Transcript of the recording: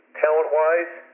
talent-wise